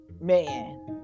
man